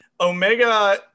Omega